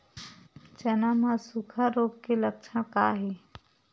चना म सुखा रोग के लक्षण का हे?